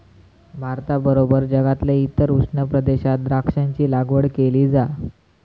भारताबरोबर जगातल्या इतर उष्ण प्रदेशात द्राक्षांची लागवड केली जा